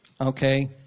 Okay